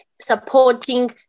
supporting